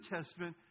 Testament